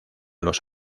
los